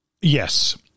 Yes